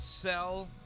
Sell